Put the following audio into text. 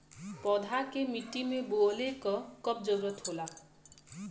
पौधा के मिट्टी में बोवले क कब जरूरत होला